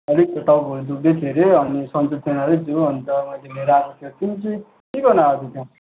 अलिक त्यो टाउकोहरू दुख्दै थियो हरे अनि सन्चो थिएन हरे जिउ अन्त मैले लिएर आएको त्यो तिमी चाहिँ के गर्नु आएको त्यहाँ